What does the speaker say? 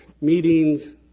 meetings